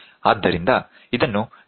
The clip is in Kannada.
ಆದ್ದರಿಂದ ಇದನ್ನು ರೇಖಾಚಿತ್ರದಲ್ಲಿ ಹಾಕೋಣ